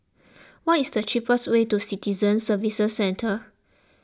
what is the cheapest way to Citizen Services Centre